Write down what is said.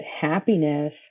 happiness